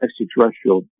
extraterrestrial